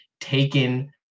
taken